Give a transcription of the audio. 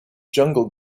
jungle